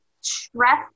stress